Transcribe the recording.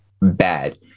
bad